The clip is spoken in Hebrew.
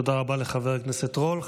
תודה רבה לחבר הכנסת רול.